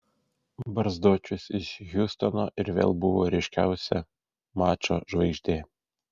barzdočius iš hjustono ir vėl buvo ryškiausia mačo žvaigždė